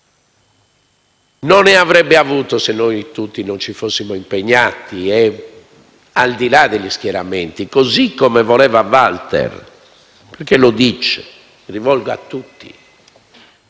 Non ne avrebbe avuto se noi tutti non ci fossimo impegnati, al di là degli schieramenti, così come voleva Walter, che lo dice, rivolgendosi a tutti: